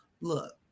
Look